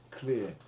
clear